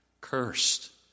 cursed